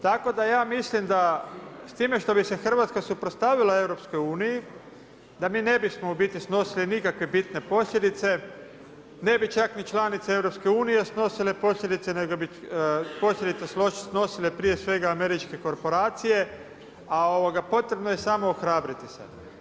Tako da ja mislim da s time što bi se Hrvatska suprotstavila Europskoj uniji da mi ne bismo u biti snosili nikakve bitne posljedice, ne bi čak ni članice EU, snosile posljedice, nego bi posljedice snosile prije svega američke korporacije, a potrebno je samo ohrabriti se.